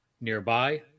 nearby